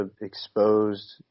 exposed